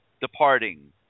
departing